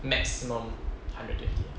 maximum hundred twenty